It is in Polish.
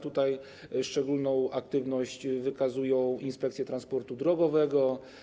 Tutaj szczególną aktywność wykazują inspekcje transportu drogowego.